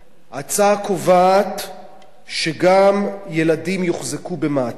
ההצעה קובעת שגם ילדים יוחזקו במעצר,